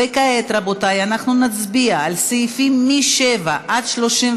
וכעת, רבותי, נצביע על סעיפים 7 עד 31,